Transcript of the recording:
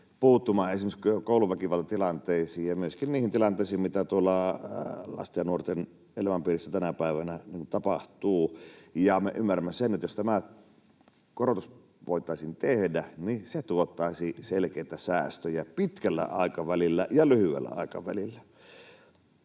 esimerkiksi kouluväkivaltatilanteisiin ja myöskin niihin tilanteisiin, mitä tuolla lasten ja nuorten elämänpiirissä tänä päivänä tapahtuu. Me ymmärrämme sen, että jos tämä korotus voitaisiin tehdä, niin se tuottaisi selkeitä säästöjä pitkällä aikavälillä ja lyhyellä aikavälillä.